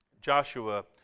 Joshua